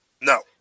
No